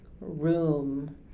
room